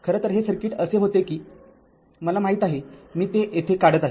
खरं तर हे सर्किट असे होते की मला माहित आहे मी ते येथे काढत आहे